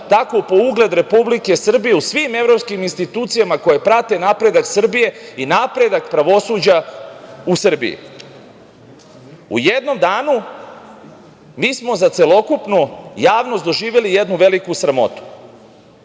tako i po ugled Republike Srbije u svim evropskim institucijama koje prate napredak Srbije i napredak pravosuđa u Srbiji. U jednom danu mi smo za celokupnu javnost doživeli jednu veliku sramotu.U